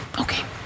okay